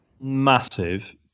massive